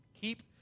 Keep